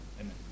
Amen